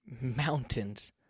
mountains